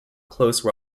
close